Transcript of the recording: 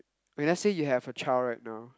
okay let's say you have a child right now